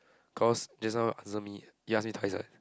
cause just now answer me he ask me twice [what]